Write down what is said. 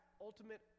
ultimate